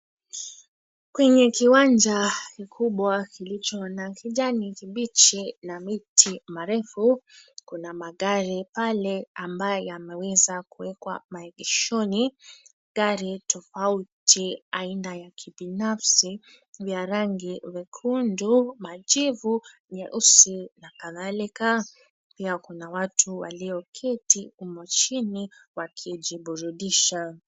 Kwenye kiwanja kikubwa, kilicho na kijani kibichi na miti marefu, kuna magari pale ambayo yameweza kuwekwa maegeshoni. Gari tofauti aina ya kibinafsi ya rangi nyekundu, majivu, nyeusi na kadhalika. Pia kuna watu walioketi humu chini wakijiburudisha.